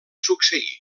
succeir